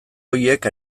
horiek